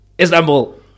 Istanbul